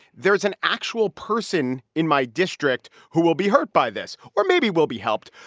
there's an actual person in my district who will be hurt by this or maybe will be helped.